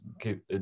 keep